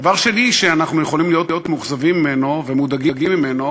דבר שני שאנחנו יכולים להיות מאוכזבים ממנו ומודאגים ממנו